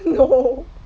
no